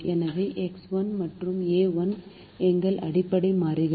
எனவே எக்ஸ் 1 மற்றும் ஏ 1 எங்கள் அடிப்படை மாறிகள்